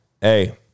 hey